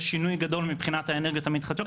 שינוי גדול מבחינת האנרגיות המתחדשות.